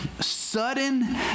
sudden